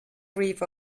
grieve